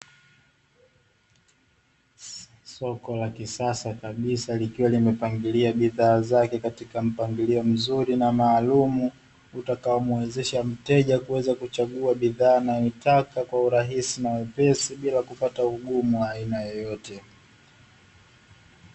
Soko la kisasa kabisa likiwa limepangilia bidhaa zake katika mpangilio mzuri na maalumu, utakaomwezesha mteja kuweza kuchagua bidhaa anayoitaka kwa urahisi na wepesi bila kupata ugumu wa aina yoyote.